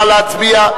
נא להצביע.